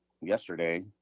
yesterday